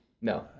No